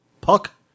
Puck